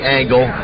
angle